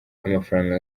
amafaranga